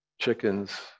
chickens